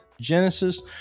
Genesis